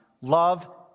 Love